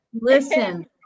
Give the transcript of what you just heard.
Listen